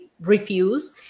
refuse